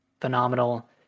phenomenal